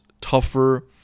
tougher